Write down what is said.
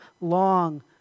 long